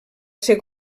ser